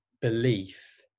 belief